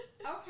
Okay